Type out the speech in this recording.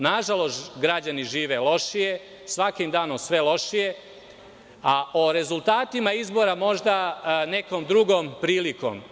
Na žalost građani žive lošije, svakim danom sve lošije, a o rezultatima izbora možda nekom drugom prilikom.